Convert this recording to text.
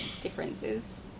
differences